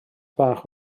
bach